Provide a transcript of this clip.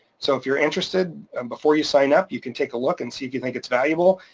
so if you're interested before you sign up you can take a look and see if you think it's valuable.